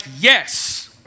yes